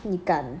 你敢